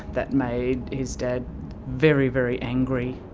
that made his dad very very angry.